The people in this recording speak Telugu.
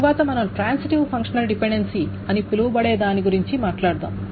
తరువాత మనం ట్రాన్సిటివ్ ఫంక్షనల్ డిపెండెన్సీ అని పిలువబడే దాని గురించి మాట్లాడుతాము